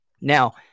Now